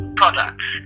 products